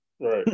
Right